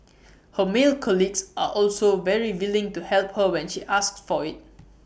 her male colleagues are also very willing to help her when she asks for IT